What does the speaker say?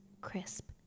crisp